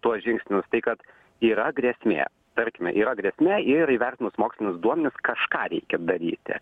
tuos žingsnius tai kad yra grėsmė tarkime yra grėsmė ir įvertinus mokslinius duomenis kažką reikia daryti